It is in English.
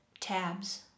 tabs